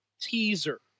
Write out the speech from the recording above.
teaser